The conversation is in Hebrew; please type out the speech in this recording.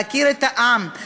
להכיר את העם,